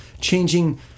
changing